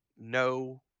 no